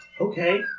okay